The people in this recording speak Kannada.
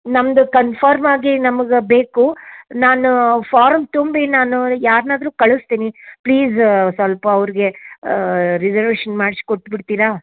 ನಮ್ದು ಕಂಫಾರ್ಮ್ ಆಗಿ ನಮಗೆ ಬೇಕು ನಾನು ಫಾರ್ಮ್ ತುಂಬಿ ನಾನು ಯಾರನ್ನಾದ್ರು ಕಳಿಸ್ತೀನಿ ಪ್ಲೀಸ್ ಸ್ವಲ್ಪ ಅವ್ರಿಗೆ ರಿಸರ್ವೇಶನ್ ಮಾಡಿಸಿ ಕೊಟ್ಟುಬಿಡ್ತೀರಾ